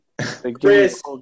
Chris